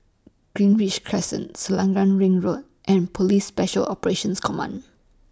Greenridge Crescent Selarang Ring Road and Police Special Operations Command